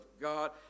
God